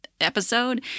episode